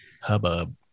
hubbub